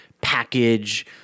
package